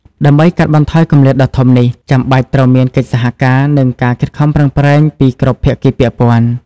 ដើម្បីកាត់បន្ថយគម្លាតដ៏ធំនេះ ចាំបាច់ត្រូវមានកិច្ចសហការ និងការខិតខំប្រឹងប្រែងពីគ្រប់ភាគីពាក់ព័ន្ធ។